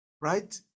Right